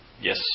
Yes